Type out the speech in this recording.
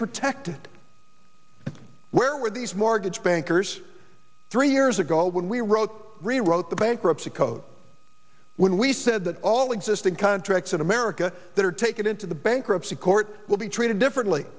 protected where were these mortgage bankers three years ago when we wrote rewrote the bankruptcy code when we said that all existing contracts in america that are taken into the bankruptcy court will be treated differently